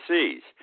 Seas